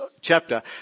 chapter